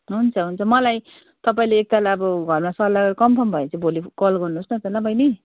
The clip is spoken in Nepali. हुन्छ हुन्छ मलाई तपाईँले एकताल अब घरमा सल्लाह कन्फर्म भयो भने चाहिँ भोलि कल गर्नुहोस् न त ल बैनी